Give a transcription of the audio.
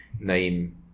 name